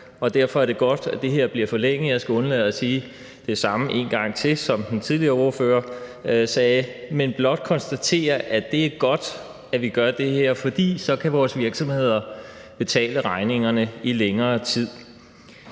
Derfor er det godt, at det her bliver forlænget. Jeg skal undlade at sige det samme en gang til, som den tidligere ordfører sagde, men blot konstatere, at det er godt, at vi gør det her, fordi så kan vores virksomheder betale regningerne i længere tid.